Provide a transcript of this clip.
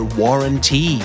warranty